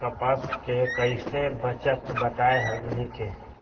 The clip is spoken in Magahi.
कपस से कईसे बचब बताई हमनी के?